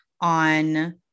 on